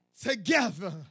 together